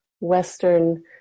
Western